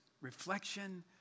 reflection